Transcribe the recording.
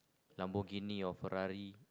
Lamborghini or Ferrari